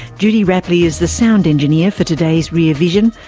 judy rapley is the sound engineer for today's rear vision.